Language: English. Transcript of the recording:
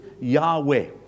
Yahweh